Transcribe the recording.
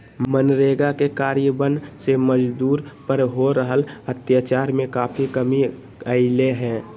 मनरेगा के कार्यान्वन से मजदूर पर हो रहल अत्याचार में काफी कमी अईले हें